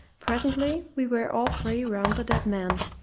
presently we were all three round the dead man,